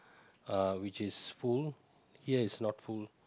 uh which is full here is not full